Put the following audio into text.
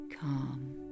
calm